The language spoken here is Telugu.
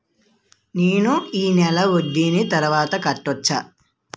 నేను ఈ నెల వడ్డీని తర్వాత కట్టచా?